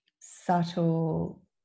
subtle